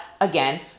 again